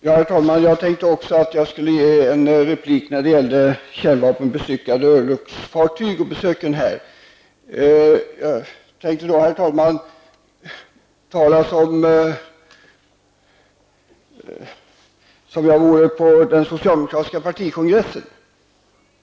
Herr talman! Även jag tänkte replikera angående kärnvapenbestyckade örlogsfartyg och besöken av sådana i svenska hamnar. Jag tänkte då, herr talman, tala som om jag vore på den socialdemokratiska partikongressen.